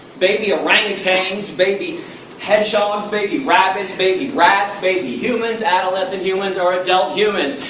baby orangutans, baby hedgehogs, baby rabbits, baby rats, baby humans, adolescence humans or adult humans.